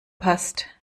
passt